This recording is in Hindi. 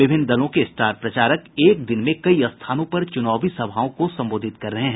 विभिन्न दलों के स्टार प्रचारक एक दिन में कई स्थानों पर चुनावी सभाओं को संबोधित कर रहे हैं